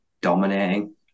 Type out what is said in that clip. dominating